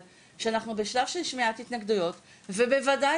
אבל אנחנו כרגע נמצאים במצב של שמיעת התנגדויות ובוודאי